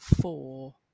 four